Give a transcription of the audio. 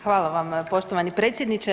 Hvala vam poštovani predsjedniče.